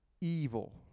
evil